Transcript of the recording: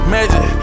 Magic